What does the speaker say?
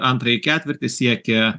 antrąjį ketvirtį siekia